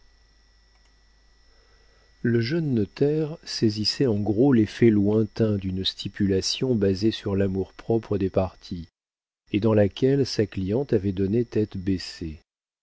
le jeune notaire saisissait en gros l'effet lointain d'une stipulation basée sur l'amour-propre des parties et dans laquelle sa cliente avait donné tête baissée